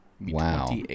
Wow